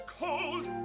cold